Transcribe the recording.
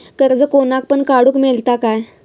कर्ज कोणाक पण काडूक मेलता काय?